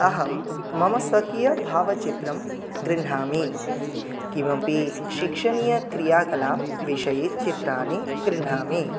अहं मम स्वकीयभावचित्रं गृह्णामि किमपि शिक्षणीयक्रियाकलाविषये चित्राणि गृह्णामि